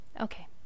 Okay